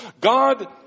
God